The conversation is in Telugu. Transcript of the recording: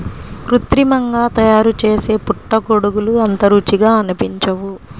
కృత్రిమంగా తయారుచేసే పుట్టగొడుగులు అంత రుచిగా అనిపించవు